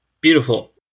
Beautiful